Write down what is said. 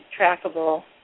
trackable